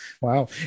wow